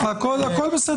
לכן --- הכול בסדר,